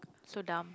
so dumb